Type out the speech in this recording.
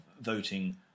voting